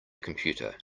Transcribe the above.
computer